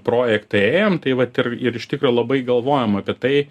projektą ėjom tai vat ir ir iš tikro labai galvojom apie tai